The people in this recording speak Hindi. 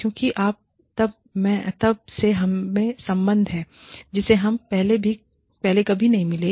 क्योंकि तब से हममें संबंध हैं जिन्हें हम पहले कभी नहीं मिले